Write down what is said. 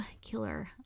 killer